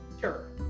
Sure